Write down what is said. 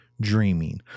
dreaming